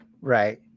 Right